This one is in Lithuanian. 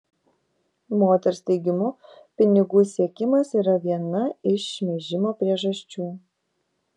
moters teigimu pinigų siekimas yra viena iš šmeižimo priežasčių